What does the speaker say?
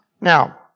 Now